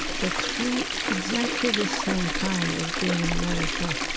but through exactly this same time of being in america,